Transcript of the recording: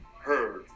heard